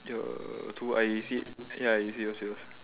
ya